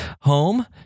home